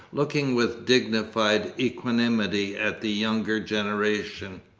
looking with dignified equanimity at the younger generation.